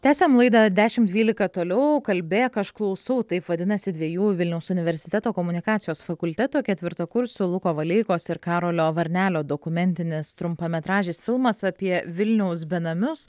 tęsiam laidą dešimt dvylika toliau kalbėk aš klausau taip vadinasi dviejų vilniaus universiteto komunikacijos fakulteto ketvirtakursių luko valeikos ir karolio varnelio dokumentinis trumpametražis filmas apie vilniaus benamius